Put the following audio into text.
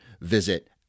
visit